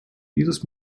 dieses